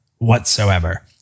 whatsoever